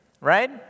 right